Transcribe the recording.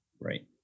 Right